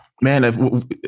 man